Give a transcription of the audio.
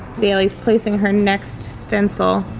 bailey's placing her next stencil.